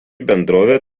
bendrovė